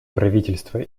правительства